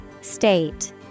State